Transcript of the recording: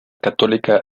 católica